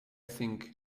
think